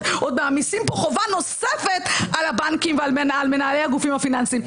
מעמיסים פה עוד חובה נוספת על הבנקים ועל מנהלי הגופים הפיננסיים.